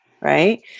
right